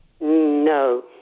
No